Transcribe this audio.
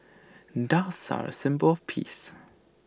doves are A symbol of peace